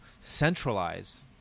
centralize